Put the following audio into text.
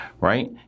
right